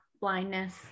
blindness